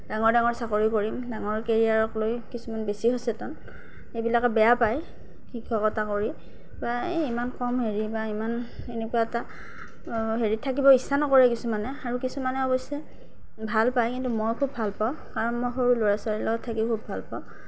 ডাঙৰ ডাঙৰ চাকৰি কৰিম ডাঙৰ কেৰিয়াৰক লৈ কিছুমান বেছি সচেতন এইবিলাকে বেয়া পায় শিক্ষকতা কৰি বা ইমান কম হেৰি বা ইমান এনেকুৱা এটা হেৰিত থাকিব ইচ্ছা নকৰে কিছুমানে আৰু কিছুমানে অৱশ্যে ভাল পায় কিন্তু মই খুব ভাল পাওঁ মই সৰু ল'ৰা ছোৱালীৰ লগত থাকি খুব ভাল পাওঁ